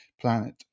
planet